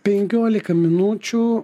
penkioliką minučių